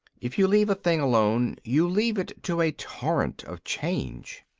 if you leave a thing alone you leave it to a torrent of change.